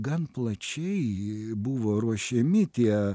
gan plačiai buvo ruošiami tie